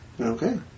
Okay